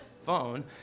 phone